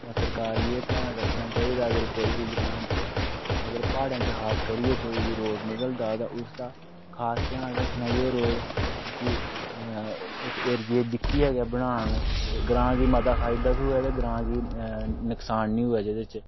सरकार गी एह् ध्यान रक्खना चाहि्दा कि अगर कोई बी ग्रांऽ च अगर प्हाड़ें च खास करियै कोई बी रोड निकलदा तां उसदा खास ध्यान रखना कि ओह् रोड उसी उस एरिये ई दिक्खियै गै बनान ते ग्रांऽ गी मता फायदा थ्होऐ ते ग्रांऽ गी नुकसान निं होऐ जेह्दे च